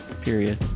period